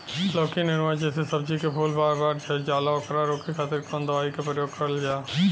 लौकी नेनुआ जैसे सब्जी के फूल बार बार झड़जाला ओकरा रोके खातीर कवन दवाई के प्रयोग करल जा?